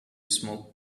smoke